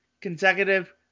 consecutive